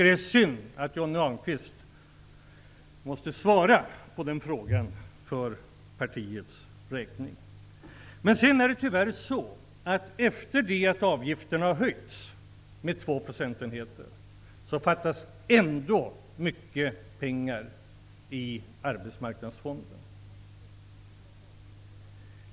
Det är synd att Johnny Ahlqvist måste svara på den frågan för partiets räkning. Efter det att avgifterna har höjts med två procentenheter fattas tyvärr ändå mycket pengar i Arbetsmarknadsfonden.